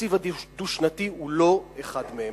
התקציב הדו-שנתי הוא לא אחד מהם.